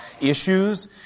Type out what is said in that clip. issues